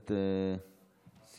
תודה רבה.